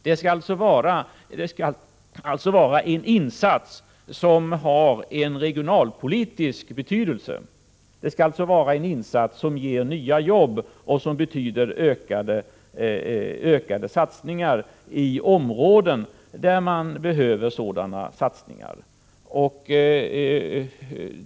Det skall alltså vara en insats som har regionalpolitisk betydelse, en insats som ger nya jobb och som innebär ökade satsningar i områden där man behöver sådana satsningar.